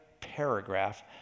paragraph